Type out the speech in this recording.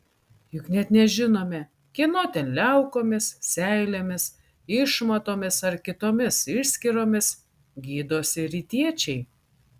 juk net nežinome kieno ten liaukomis seilėmis išmatomis ar kitomis išskyromis gydosi rytiečiai